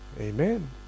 Amen